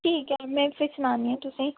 ठीक ऐ मैं फिर सनानी आं तुसेंगी